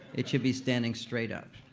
it should be standing straight up.